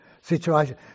situation